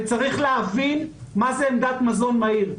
וצריך להבין מה זה עמדת המזון המהיר.